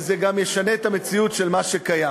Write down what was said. וזה גם ישנה את המציאות של מה שקיים.